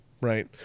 right